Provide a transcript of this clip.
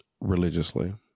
religiously